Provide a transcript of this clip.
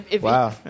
Wow